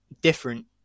different